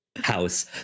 house